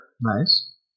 Nice